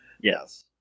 Yes